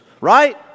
right